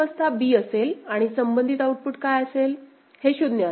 पुढील अवस्था b असेल आणि संबंधित आउटपुट काय असेल